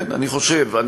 כן, אני חושב.